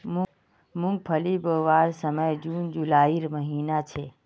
मूंगफली बोवार समय जून जुलाईर महिना छे